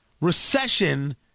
recession